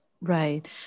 Right